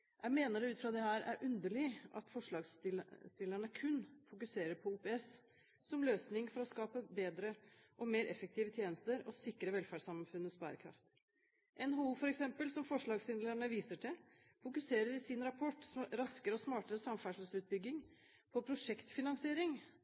Jeg mener det ut fra dette er underlig at forslagsstillerne kun fokuserer på OPS som løsning for å skape bedre og mer effektive tjenester og sikre velferdssamfunnets bærekraft. NHO f.eks., som forslagsstillerne viser til, fokuserer i sin rapport «Raskere og smartere samferdselsutbygging»